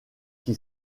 qui